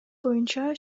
боюнча